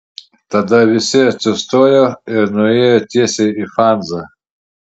tada visi atsistojo ir nuėjo tiesiai į fanzą